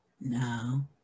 No